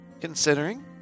considering